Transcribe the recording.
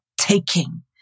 taking